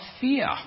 fear